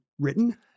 written